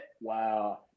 Wow